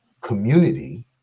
community